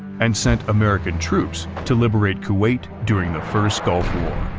and sent american troops to liberate kuwait during the first gulf war.